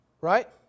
Right